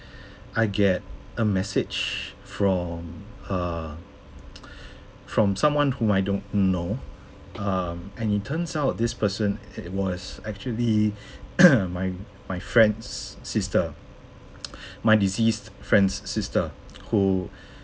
I get a message from uh from someone who I don't know um and it turns out this person it was actually my my friend's sister my deceased’s friend's sister who